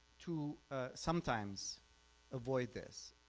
to sometimes avoid this.